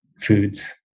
foods